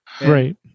Right